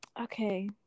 okay